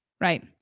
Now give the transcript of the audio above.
right